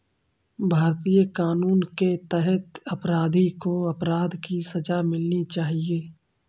भारतीय कानून के तहत अपराधी को अपराध की सजा मिलनी चाहिए